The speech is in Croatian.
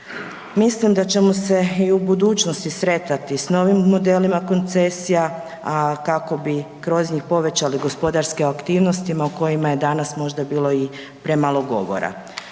Mislim da ćemo se i u budućnosti sretati s novim modelima koncesija, a kako bi kroz njih povećali gospodarske aktivnosti o kojima je danas možda bilo i premalo govora.